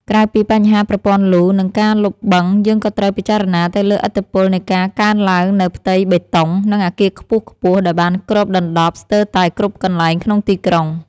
ក្រៅពីបញ្ហាប្រព័ន្ធលូ និងការលុបបឹង យើងក៏ត្រូវពិចារណាទៅលើឥទ្ធិពលនៃការកើនឡើងនូវផ្ទៃបេតុង និងអគារខ្ពស់ៗដែលបានគ្របដណ្តប់ស្ទើរតែគ្រប់កន្លែងក្នុងទីក្រុង។